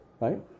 right